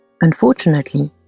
Unfortunately